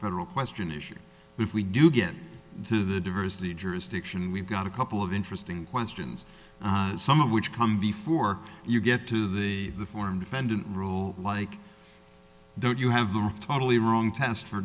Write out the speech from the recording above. federal question issue if we do get to the diversity jurisdiction we've got a couple of interesting questions some of which come before you get to the form defendant rule like don't you have the totally wrong test for